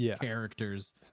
characters